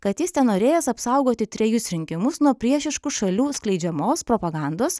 kad jis tenorėjęs apsaugoti trejus rinkimus nuo priešiškų šalių skleidžiamos propagandos